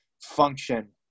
function